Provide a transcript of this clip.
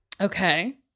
Okay